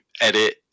edit